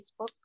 Facebook